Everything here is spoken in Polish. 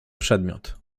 przedmiot